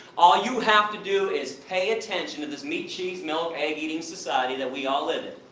all you have to do, is pay attention to this meat, cheese, milk, egg eating society that we all live